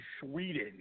Sweden